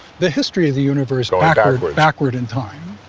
the history of the universe backward in time.